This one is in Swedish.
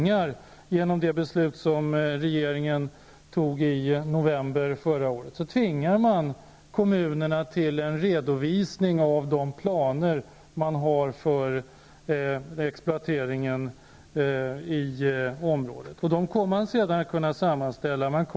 Genom det beslut som regeringen fattade i november förra året tvingas kommunerna till en redovisning av de planer de har för exploateringen i området. De kommer man sedan att kunna sammanställa.